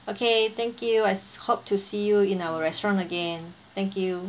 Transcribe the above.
okay thank you I s~ hope to see you in our restaurant again thank you